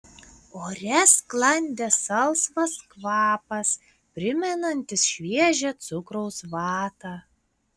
ore sklandė salsvas kvapas primenantis šviežią cukraus vatą